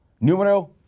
Numero